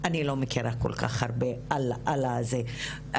אני לא מכירה כל כך הרבה על מה שקורה.